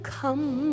come